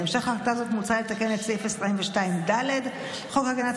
בהמשך להחלטה זו מוצע לתקן את סעיף 22ד לחוק הגנת